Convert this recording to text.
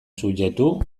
subjektu